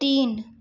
तीन